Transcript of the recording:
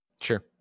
sure